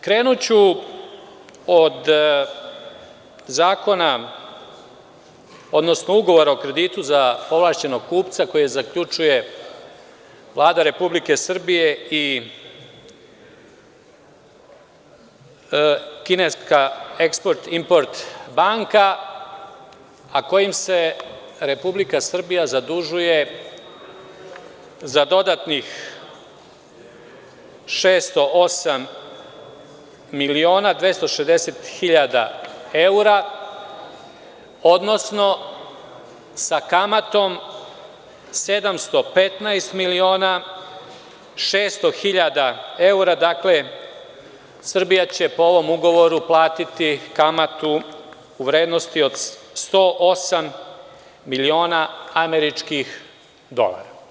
Krenuću od zakona, odnosno ugovora o kreditu za ovlašćenog kupca koji zaključuje Vlada Republike Srbije i kineska eksport-import banka, a kojim se Republika Srbija zadužuje za dodatnih 608 miliona 260 hiljada evra, odnosno sa kamatom 715 miliona 600 hiljada evra, dakle Srbija će po ovom ugovoru platiti kamatu u vrednosti od 108 miliona američkih dolara.